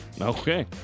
Okay